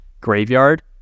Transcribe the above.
graveyard